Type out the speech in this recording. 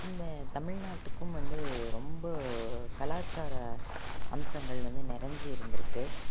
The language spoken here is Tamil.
இந்த தமிழ்நாட்டுக்கும் வந்து ரொம்ப கலாச்சார அம்சங்கள் வந்து நிறஞ்சி இருந்துருக்குது